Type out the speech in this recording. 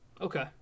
Okay